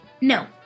No